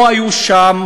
או היו שם